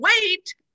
wait